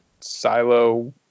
silo